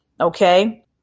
okay